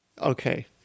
Okay